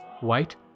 white